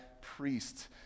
priest